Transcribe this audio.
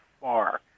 far